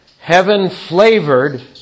heaven-flavored